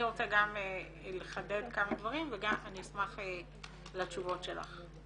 אני רוצה גם לחדד כמה דברים וגם אני אשמח לתשובות שלך.